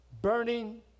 burning